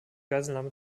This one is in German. geiselnahme